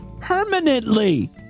permanently